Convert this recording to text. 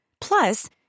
Plus